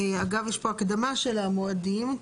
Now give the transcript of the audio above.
אגב, יש פה הקדמה של המועדים.